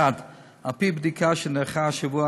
1. על-פי בדיקה שנערכה השבוע,